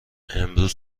امروز